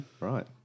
right